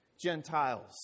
Gentiles